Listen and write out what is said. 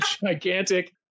gigantic